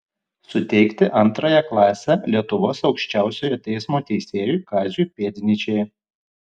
suteikti antrąją klasę lietuvos aukščiausiojo teismo teisėjui kaziui pėdnyčiai